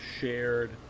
shared